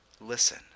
listen